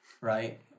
right